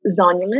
zonulin